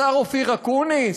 השר אופיר אקוניס,